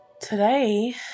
today